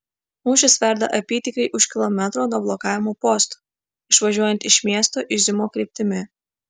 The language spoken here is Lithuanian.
mūšis verda apytikriai už kilometro nuo blokavimo posto išvažiuojant iš miesto iziumo kryptimi